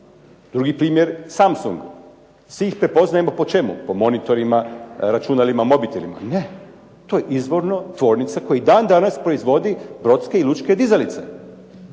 Drugi primjer, Samsung. Svi ih prepoznajemo po čemu? Po monitorima, računalima, mobitelima. Ne, to je izvorno tvornica koja i dan danas proizvodi brodske i lučke dizalice.